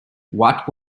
what